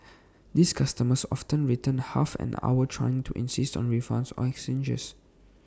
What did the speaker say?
these customers often return after half an hour trying to insist on refunds or exchanges